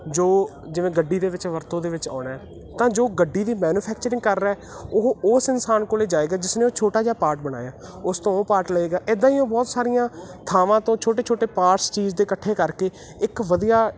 ਜੋ ਜਿਵੇਂ ਗੱਡੀ ਦੇ ਵਿੱਚ ਵਰਤੋਂ ਦੇ ਵਿੱਚ ਆਉਣਾ ਤਾਂ ਜੋ ਗੱਡੀ ਦੀ ਮੈਨਫੈਕਚਰਿੰਗ ਕਰ ਰਿਹਾ ਉਹ ਉਸ ਇਨਸਾਨ ਕੋਲ ਜਾਵੇਗਾ ਜਿਸਨੇ ਉਹ ਛੋਟਾ ਜਿਹਾ ਪਾਰਟ ਬਣਾਇਆ ਉਸ ਤੋਂ ਉਹ ਪਾਰਟ ਲਵੇਗਾ ਇੱਦਾਂ ਹੀ ਉਹ ਬਹੁਤ ਸਾਰੀਆਂ ਥਾਵਾਂ ਤੋਂ ਛੋਟੇ ਛੋਟੇ ਪਾਰਟਸ ਚੀਜ਼ ਦੇ ਇਕੱਠੇ ਕਰਕੇ ਇੱਕ ਵਧੀਆ